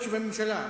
זאת שבממשלה,